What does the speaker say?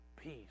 peace